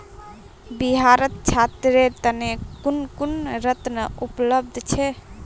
बिहारत छात्रेर तने कुन कुन ऋण उपलब्ध छे